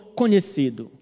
conhecido